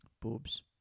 Boobs